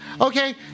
Okay